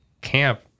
camp